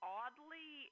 oddly